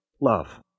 love